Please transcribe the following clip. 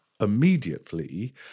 immediately